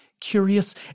curious